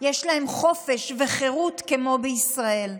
יש להם חופש וחירות כמו בישראל.